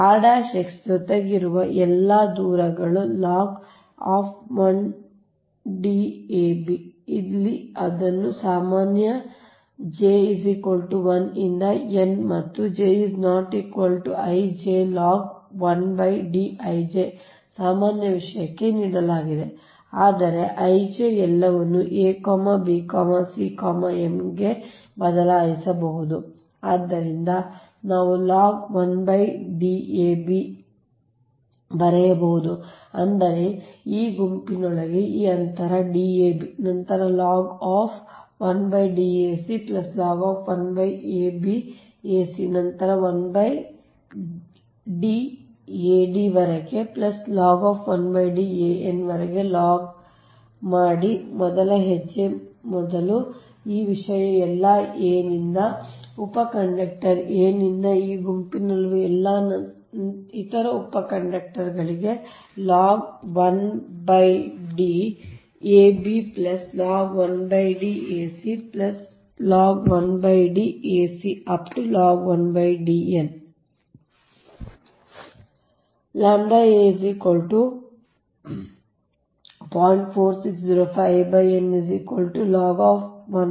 ಆದ್ದರಿಂದ rx ಜೊತೆಗೆ ಎಲ್ಲಾ ದೂರಗಳ log log 1 D a b ಇಲ್ಲಿ ಇದನ್ನು ಸಾಮಾನ್ಯ 1 j 1 ರಿಂದ n ಮತ್ತು j ≠ I j log 1 D i j ಸಾಮಾನ್ಯ ವಿಷಯಕ್ಕೆ ನೀಡಲಾಗಿದೆ ಆದರೆ i j ಎಲ್ಲವನ್ನೂ abcm ಗೆ ಬದಲಾಯಿಸಬಹುದು ಆದ್ದರಿಂದ ಇದನ್ನು ನಾವು ಲಾಗ್ 1 Dab ಬರೆಯಬಹುದು ಅಂದರೆ ಈ ಗುಂಪಿನೊಳಗೆ ಈ ಅಂತರ D a b ನಂತರ log 1 D a c log 1 a b a c ನಂತರ log 1D a d ವರೆಗೆ log 1 D a n ವರೆಗೆ log ಮಾಡಿ ಮೊದಲ ಹೆಜ್ಜೆ ಮೊದಲು ಈ ವಿಷಯ ಎಲ್ಲಾ a ನಿಂದ ಉಪ ಕಂಡಕ್ಟರ್ a ನಿಂದ ಈ ಗುಂಪಿನಲ್ಲಿರುವ ಎಲ್ಲಾ ಇತರ ಉಪ ಕಂಡಕ್ಟರ್ ಗಳಿಗೆ log 1D a b log 1 D a c log 1 D a c